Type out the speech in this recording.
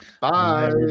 bye